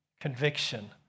conviction